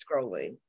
scrolling